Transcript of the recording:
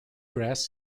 grass